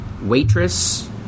Waitress